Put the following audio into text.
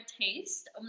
taste